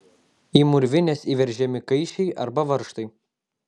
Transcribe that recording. į mūrvines įveržiami kaiščiai arba varžtai